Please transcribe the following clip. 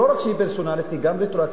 לא רק שהיא פרסונלית היא גם רטרואקטיבית.